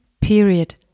period